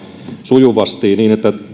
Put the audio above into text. sujuvasti niin että